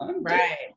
Right